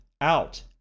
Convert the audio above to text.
Out